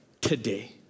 today